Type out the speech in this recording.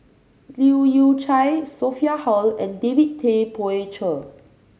Leu Yew Chye Sophia Hull and David Tay Poey Cher